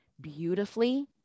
beautifully